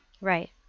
Right